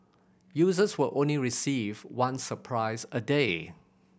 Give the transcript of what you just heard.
users will only receive one surprise a day